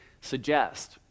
suggest